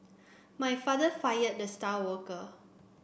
my father fired the star worker